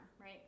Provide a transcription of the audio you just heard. right